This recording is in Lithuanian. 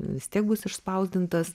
vis tiek bus išspausdintas